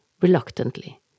reluctantly